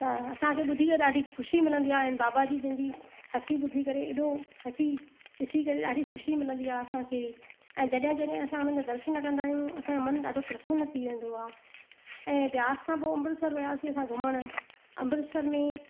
त असांखे ॿुधी करे ॾाढी ख़ुशी मिलंदी आहे ऐं बाबा जी जंहिंजी हसी ॿुधी करे हेॾो हसी ॾिसी करे ॾाढी ख़ुशी मिलंदी आहे असांखे ऐं जॾहिं जॾहिं असां हुननि जा दर्शन कंदा आहियूं असांजो मनु ॾाढो प्रसन थी वेंदो आहे ऐं ब्यास खां पोइ अमृतसर वियासीं असां घुमणु अमृतसर में